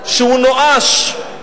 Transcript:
שהוא נואש,